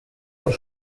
por